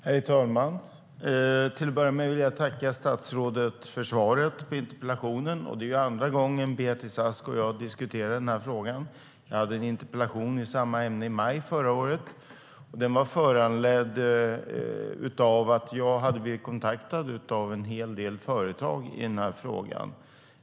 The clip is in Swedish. Herr talman! Till att börja med vill jag tacka statsrådet för svaret på interpellationen. Det är andra gången Beatrice Ask och jag diskuterar denna fråga. Jag hade en interpellation i samma ämne i maj förra året som föranleddes av att jag hade blivit kontaktad av en hel del företag i den här frågan.